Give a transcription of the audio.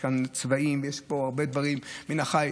יש כאן צבאים ויש פה הרבה דברים מן החי,